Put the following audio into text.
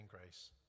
grace